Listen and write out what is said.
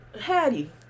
Hattie